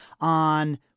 on